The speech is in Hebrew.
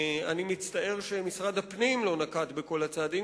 אני מצטער שמשרד הפנים לא נקט את כל הצעדים,